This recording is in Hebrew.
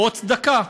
או צדקה.